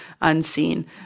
unseen